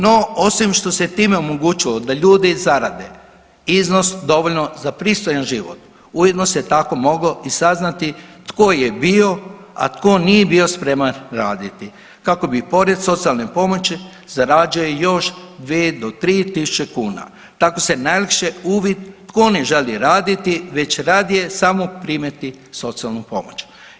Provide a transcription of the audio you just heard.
No osim što se time omogućilo da ljudi zarade iznos dovoljno za pristojan život ujedno se tako moglo i saznati tko je bio, a tko nije bio spreman raditi kako bi i pored socijalne pomoći zarađuje još dvije do tri tisuće kuna, tako se najlakše uvid tko ne želi raditi već radije samo primati socijalnu pomoć.